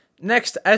Next